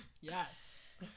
Yes